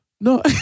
no